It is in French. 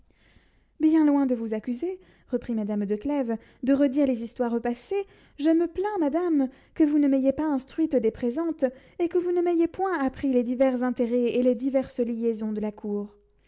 bien loin de vous accuser reprit madame de clèves de redire les histoires passées je me plains madame que vous ne m'ayez pas instruite des présentes et que vous ne m'ayez point appris les divers intérêts et les diverses liaisons de la cour